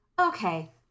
Okay